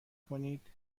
کنید